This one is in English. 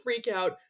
freakout